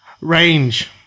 Range